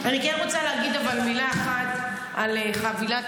אבל אני כן רוצה להגיד מילה אחת על חבילת